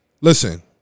listen